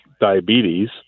diabetes